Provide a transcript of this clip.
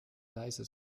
leise